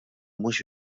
mhux